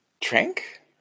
Drink